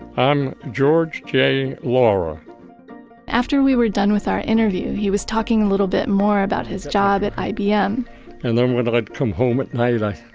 i'm george j. laurer after we were done with our interview, he was talking a little bit more about his job at ibm and then when i'd come home at night i